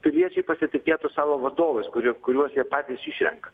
piliečiai pasitikėtų savo vadovais kurie kuriuos jie patys išrenka